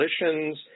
coalitions